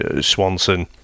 Swanson